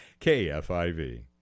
KFIV